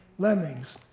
lemmings.